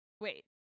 Wait